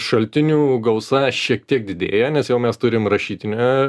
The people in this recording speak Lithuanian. šaltinių gausa šiek tiek didėja nes jau mes turim rašytinę